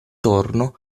torno